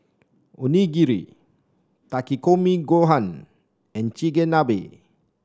Onigiri Takikomi Gohan and Chigenabe